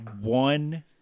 One